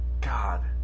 God